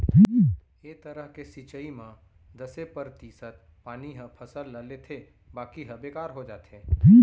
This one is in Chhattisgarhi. ए तरह के सिंचई म दसे परतिसत पानी ह फसल ल लेथे बाकी ह बेकार हो जाथे